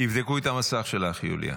------ יבדקו את המסך שלך, יוליה.